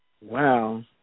Wow